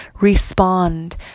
respond